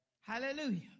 Hallelujah